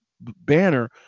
banner